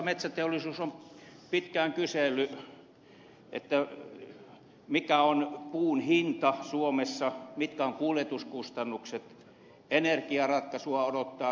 metsäteollisuus on pitkään kysellyt mikä on puun hinta suomessa mitkä ovat kuljetuskustannukset ja energiaratkaisua odottaa teollisuus